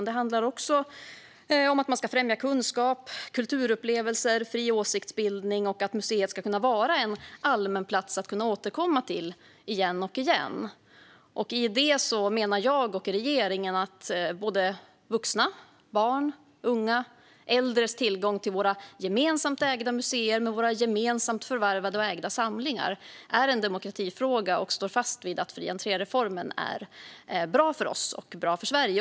Det handlar också om att man ska främja kunskap, kulturupplevelser och fri åsiktsbildning. Museet ska kunna vara en allmän plats att återkomma till igen och igen. Jag och regeringen menar att vuxnas, barns, ungas och äldres tillgång till våra gemensamt ägda museer med våra gemensamt förvärvade och ägda samlingar är en demokratifråga. Vi står fast vid att fri-entré-reformen är bra för Sverige.